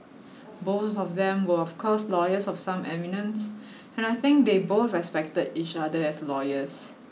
both of them were of course lawyers of some eminence and I think they both respected each other as lawyers